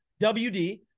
WD